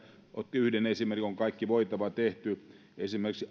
otti yhden esimerkin siitä onko kaikki voitava tehty esimerkiksi